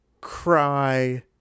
cry